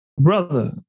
brother